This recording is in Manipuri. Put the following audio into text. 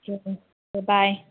ꯕꯥꯏ ꯕꯥꯏ